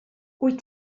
wyt